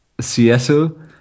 Seattle